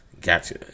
Gotcha